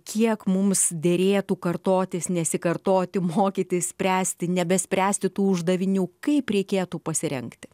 kiek mums derėtų kartotis nesikartoti mokytis spręsti nebespręsti tų uždavinių kaip reikėtų pasirengti